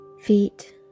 feet